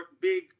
big